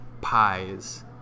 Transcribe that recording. pies